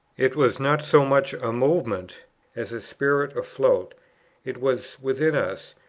it was not so much a movement as a spirit afloat it was within us,